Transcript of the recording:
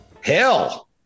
hell